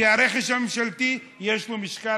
כי לרכש הממשלתי יש משקל,